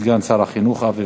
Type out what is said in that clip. סגן שר החינוך אבי